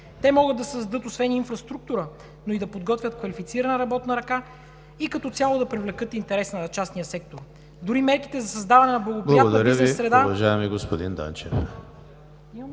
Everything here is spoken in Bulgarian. Те могат да създадат инфраструктура, но и да подготвят квалифицирана работна ръка и като цяло да привлекат интереса на частния сектор. Дори мерките за създаване на благоприятна бизнес среда… ПРЕДСЕДАТЕЛ ЕМИЛ ХРИСТОВ: Благодаря Ви, господин Данчев.